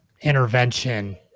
intervention